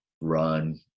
run